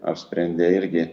apsprendė irgi